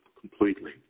completely